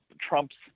trump's